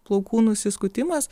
plaukų nusiskutimas